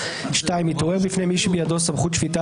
(2) התעורר בפני מי שבידו סמכות שפיטה